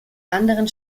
anderen